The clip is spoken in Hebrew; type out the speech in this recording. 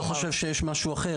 אני לא חושב שיש משהו אחר.